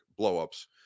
blowups